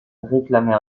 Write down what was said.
réclamait